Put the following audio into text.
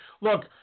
Look